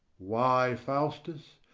why, faustus,